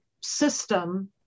system